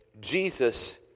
Jesus